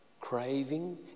craving